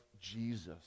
Jesus